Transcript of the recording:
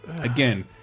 again